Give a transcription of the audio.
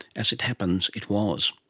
as it happens it was.